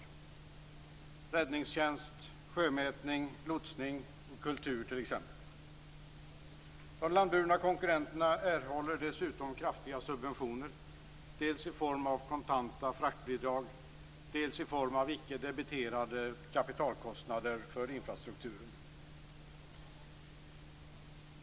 Det gäller räddningstjänst, sjömätning, lotsning och kultur t.ex. De landburna konkurrenterna erhåller dessutom kraftiga subventioner dels i form av kontanta fraktbidrag, dels i form av icke debiterade kapitalkostnader för infrastrukturen.